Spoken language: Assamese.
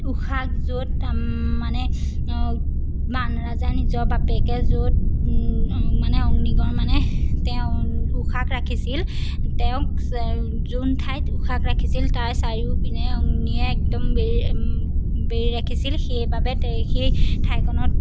উষাক য'ত মানে বাণৰজা নিজৰ বাপেকে য'ত মানে অগ্নিগড় মানে তেওঁ উষাক ৰাখিছিল তেওঁক যোন ঠাইত উষাক ৰাখিছিল তাৰ চাৰিওপিনে অগ্নিয়ে একদম বে বেৰি ৰাখিছিল সেইবাবে তে সেই ঠাইখনত